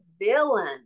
villain